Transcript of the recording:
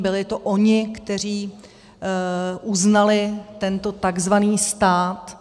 Byli to oni, kteří uznali tento tzv. stát.